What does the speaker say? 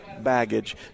baggage